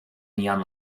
neon